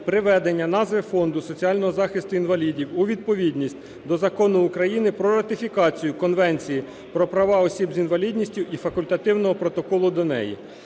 приведення назви Фонду соціального захисту інвалідів у відповідність до Закону України "Про ратифікацію Конвенції про права осіб з інвалідністю і Факультативного протоколу до неї".